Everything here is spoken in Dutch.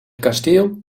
kasteel